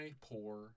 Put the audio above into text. poor